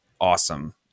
awesome